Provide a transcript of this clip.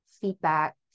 feedback